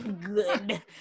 Good